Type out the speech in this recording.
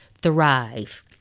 thrive